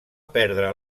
perdre